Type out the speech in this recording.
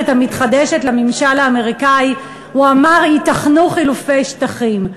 לממשל האמריקני הוא אמר: ייתכנו חילופי שטחים.